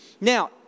Now